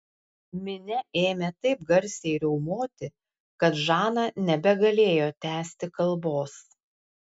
minia ėmė taip garsiai riaumoti kad žana nebegalėjo tęsti kalbos